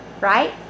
right